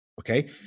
okay